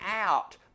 out